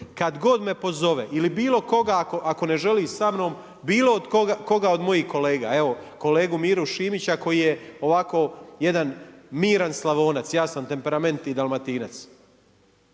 kad god me pozove, ili bilo koga ako ne želi sa mnom, bilo koga od mojih kolega, evo kolegu Miru Šimića koji je ovako jedan miran Slavonac, ja sam temperamentni Dalmatinac.